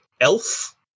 elf